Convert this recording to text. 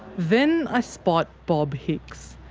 then i spot bob hicks.